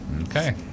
Okay